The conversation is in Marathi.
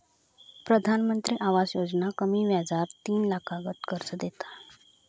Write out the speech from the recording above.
प्रधानमंत्री आवास योजना कमी व्याजार तीन लाखातागत कर्ज देता